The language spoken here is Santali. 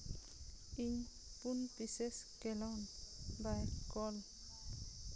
ᱤᱧ ᱯᱩᱱ ᱯᱤᱥᱮᱥ ᱠᱮᱞᱚᱱ ᱵᱟᱨ ᱠᱚᱰ